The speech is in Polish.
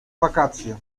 wakacje